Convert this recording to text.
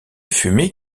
fumée